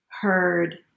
heard